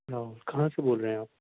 راہل کہاں سے بول رہے ہیں آپ